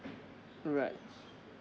alright